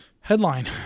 Headline